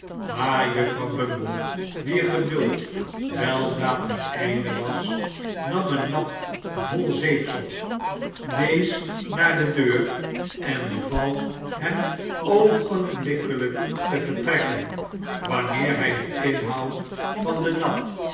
maar juffrouw bumble wier geduld weldra ten einde was nam een nap vol zeepsop wees naar de deur en beval hem oogenblikkelijk te vertrekken wanneer hij den inhoud van den nap